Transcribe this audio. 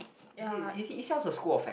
is is is is yours a school of